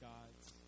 God's